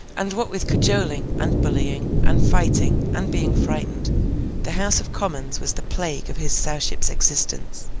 and what with cajoling, and bullying, and fighting, and being frightened the house of commons was the plague of his sowship's existence.